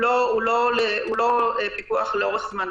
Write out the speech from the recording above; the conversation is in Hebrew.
לאורך זמן.